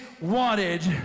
wanted